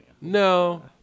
No